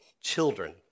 children